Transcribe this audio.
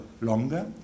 longer